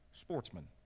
sportsman